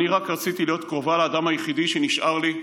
אני רק רציתי להיות קרובה לאדם היחיד שנשאר לי,